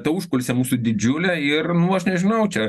ta užkulisė mūsų didžiulė ir nu aš nežinau čia